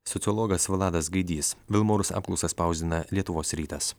sociologas vladas gaidys vilmorus apklausą spausdina lietuvos rytas